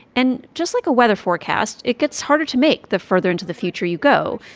and just like a weather forecast, it gets harder to make the further into the future you go.